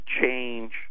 change